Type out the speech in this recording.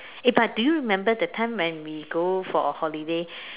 eh but do you remember that time when we go for a holiday